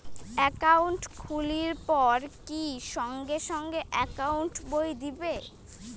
Account খুলির পর কি সঙ্গে সঙ্গে একাউন্ট বই দিবে?